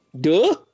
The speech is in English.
Duh